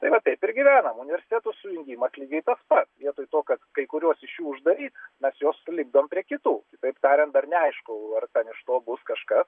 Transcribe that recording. tai va taip ir gyvenam universitetų sujungimas lygiai tas pats vietoj to kad kai kuriuos iš jų uždaryt mes juos sulipdom prie kitų kitaip tariant dar neaišku ar ten iš to bus kažkas